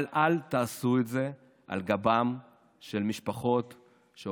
אבל אל תעשו את זה על גבן של משפחות שעובדות,